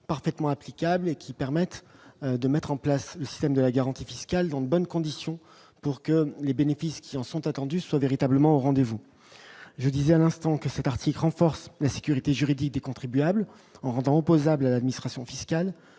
parfaitement applicable et qui permettent de mettre en place le système de la garantie fiscale dans de bonnes conditions pour que les bénéfices qui en sont attendus, soit véritablement au rendez-vous. Je disais à l'instant que cet article renforce la sécurité juridique des contribuables en rendant opposable à l'administration fiscale,